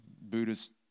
buddhist